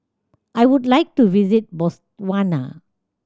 I would like to visit Botswana